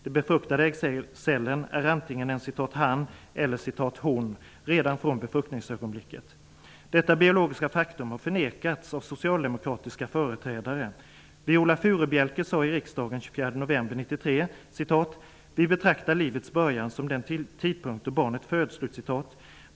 Den befruktade äggcellen är antingen en ''han'' eller ''hon'' redan från befruktningsögonblicket. Detta biologiska faktum har förnekats av socialdemokratiska företrädare. Viola Furubjelke sade i riksdagen den 24 november 1993: ''Vi betraktar livets början som den tidpunkt då barnet föds''.